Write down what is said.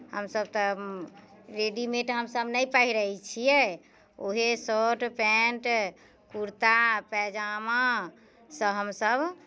हमसभ तऽ रेडिमेड हमसभ नहि पहिरै छियै उएह शर्ट पैन्ट कुर्ता पैजामासँ हमसभ